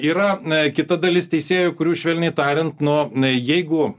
yra kita dalis teisėjų kurių švelniai tariant na na jeigu